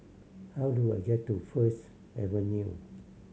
how do I get to First Avenue